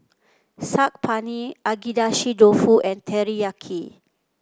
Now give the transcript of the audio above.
Saag Paneer Agedashi Dofu and Teriyaki